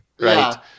Right